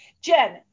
Jen